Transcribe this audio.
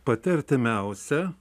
pati artimiausia